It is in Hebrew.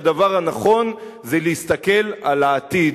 שהדבר הנכון זה להסתכל על העתיד,